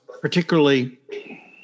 particularly